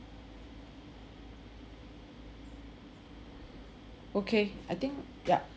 okay I think yup